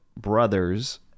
brothers